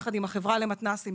יחד עם החברה למתנ"סים,